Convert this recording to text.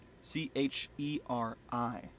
C-H-E-R-I